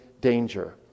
danger